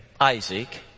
Isaac